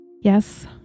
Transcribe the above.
Yes